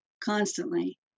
constantly